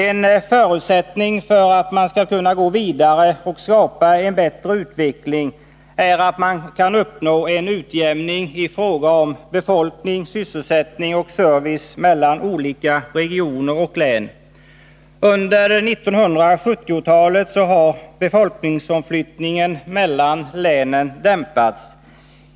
En förutsättning för att man skall kunna gå vidare och skapa en bättre utveckling är att man kan uppnå en utjämning i fråga om befolkning, sysselsättning och service mellan olika regioner och län. Under 1970-talet har befolkningsomflyttningen mellan länen dämpats.